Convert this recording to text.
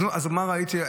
אז מה ראיתי?